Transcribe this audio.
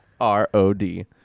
R-O-D